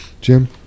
Jim